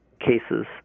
cases